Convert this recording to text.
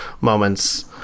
moments